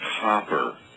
copper